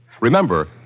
Remember